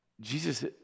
Jesus